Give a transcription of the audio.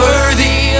Worthy